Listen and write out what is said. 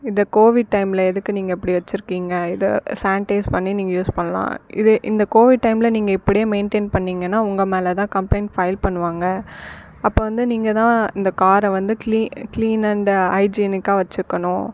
இந்த கோவிட் டைமில் எதுக்கு நீங்கள் அப்படி வச்சுருக்கீங்க இதை சானிடைஸ் பண்ணி நீங்கள் யூஸ் பண்ணலாம் இதை இந்த கோவிட் டைமில் நீங்கள் இப்படியே மெயின்டைன் பண்ணீங்கன்னால் உங்கள் மேலதான் கம்பளைண்ட் ஃபைல் பண்ணுவாங்கள் அப்போ வந்து நீங்கள் தான் இந்த காரை வந்து க்ளீ க்ளீன் அண்ட்டு ஹைஜீனிக்காக வச்சுக்கணும்